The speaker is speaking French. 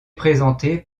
présentée